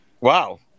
Wow